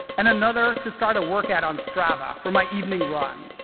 and another to start a workout on strava, for my evening run.